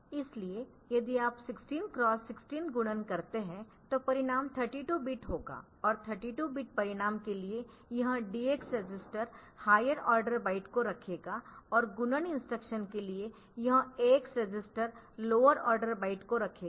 इसलिए यदि आप 16 X 16 गुणन करते है तो परिणाम 32 बिट होगा और 32 बिट परिणाम के लिए यह DX register higher order byte को रखेगा और गुणन इंस्ट्रक्शन के लिए यह AX register lower order byte को रखेगा